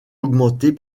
augmenter